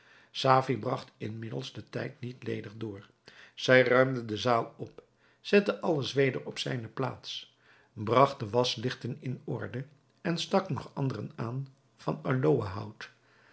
safie bragt inmiddels den tijd niet ledig door zij ruimde de zaal op zette alles weder op zijne plaats bragt de waslichten in orde en stak nog anderen aan van aloëhout